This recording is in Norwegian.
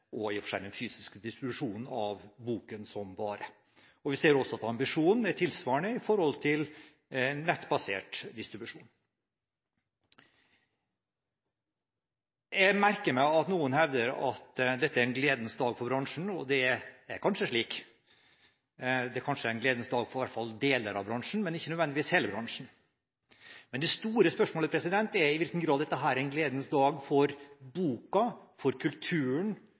i og for seg den fysiske distribusjonen av boken som vare. Vi ser også at ambisjonen er tilsvarende når det gjelder nettbasert distribusjon. Jeg merker meg at noen hevder at dette er en gledens dag for bransjen, og det er kanskje slik. Det er kanskje en gledens dag i hvert fall for deler av bransjen, men ikke nødvendigvis hele bransjen. Men det store spørsmålet er i hvilken grad dette er en gledens dag for boken, for kulturen